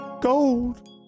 gold